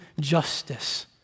justice